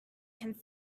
can